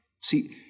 See